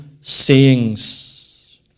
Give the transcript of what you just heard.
sayings